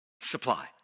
supply